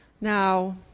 now